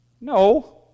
No